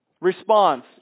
response